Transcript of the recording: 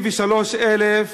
33,000